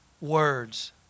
words